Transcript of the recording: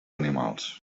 animals